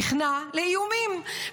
נכנע לאיומים.